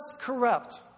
corrupt